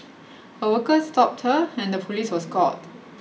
a worker stopped her and the police was called